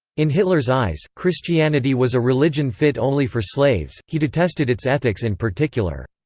in hitler's eyes, christianity was a religion fit only for slaves he detested its ethics in particular.